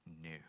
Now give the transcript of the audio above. new